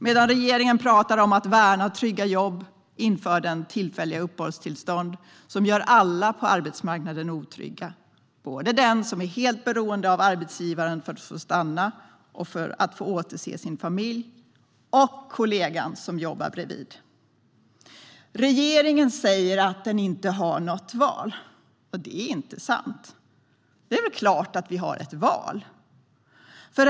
Medan regeringen talar om att värna trygga jobb inför den tillfälliga uppehållstillstånd som gör alla på arbetsmarknaden otrygga, både den som är helt beroende av arbetsgivaren för att få stanna och för att få återse sin familj och kollegan som jobbar bredvid. Regeringen säger att den inte har något val. Det är inte sant. Det är klart att vi har ett val.